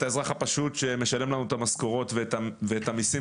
את האזרח הפשוט שמשלם לנו את המשכורות ואת המסים